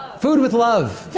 food with love.